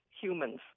humans